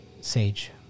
Sage